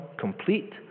complete